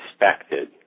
expected